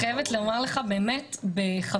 אני חייבת לומר לך באמת בידידות,